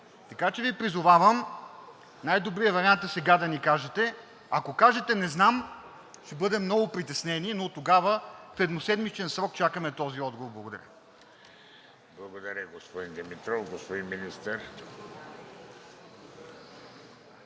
Така че Ви призовавам най-добрият вариант е сега да ни кажете. Ако кажете: не знам, ще бъдем много притеснени, но тогава в едноседмичен срок чакаме този отговор. Благодаря. ПРЕДСЕДАТЕЛ ВЕЖДИ РАШИДОВ: Благодаря, господин Димитров. Господин Министър.